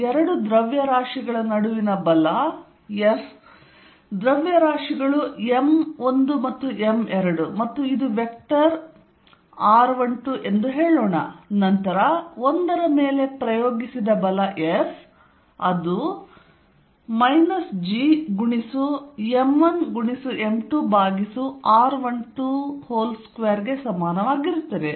ಎರಡು ದ್ರವ್ಯರಾಶಿಗಳ ನಡುವಿನ ಬಲ ದ್ರವ್ಯರಾಶಿಗಳು m1 ಮತ್ತು m2 ಮತ್ತು ಇದು r12 ವೆಕ್ಟರ್ ಎಂದು ಹೇಳೋಣ ನಂತರ 1 ರ ಮೇಲೆ ಪ್ರಯೋಗಿಸಿದ ಬಲ ಅದು ಮೈನಸ್ G ಗುಣಿಸು m1m2r122 ಗೆ ಸಮಾನವಾಗಿರುತ್ತದೆ